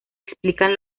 explican